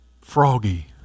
froggy